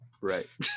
right